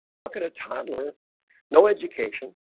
how could a toddler no education